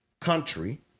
country